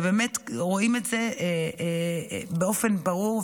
ובאמת רואים את זה באופן ברור,